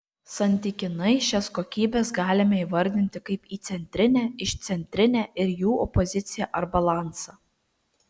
santykinai šias kokybes galime įvardinti kaip įcentrinę išcentrinę ir jų opoziciją ar balansą